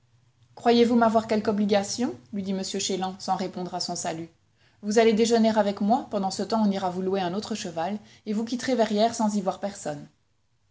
croyez-vous m'avoir quelque obligation lui dit m chélan sans répondre à son salut vous allez déjeuner avec moi pendant ce temps on ira vous louer un autre cheval et vous quitterez verrières sans y voir personne